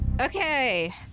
Okay